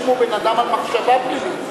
בן-אדם על מחשבה פלילית.